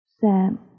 Sam